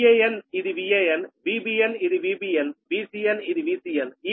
Van ఇది VanVbn ఇది VbnVcn ఇది Vcn